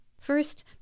First